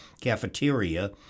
cafeteria